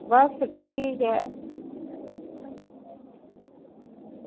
बस ठीक ऐ